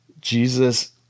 Jesus